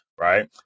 right